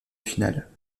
finale